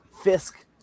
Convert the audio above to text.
fisk